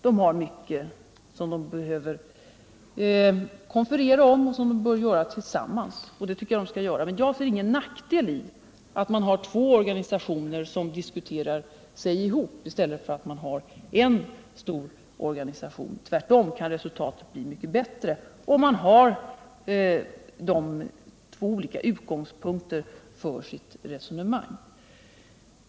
De har mycket som de behöver konferera om och som de bör göra tillsammans, men jag ser ingen nackdel i att ha två organisationer som diskuterar ihop sig i olika avseenden i stället för att ha en stor organisation. Tvärtom kan resultatet bli mycket bältre, om man har två olika utgångspunkter för sitt resonemang.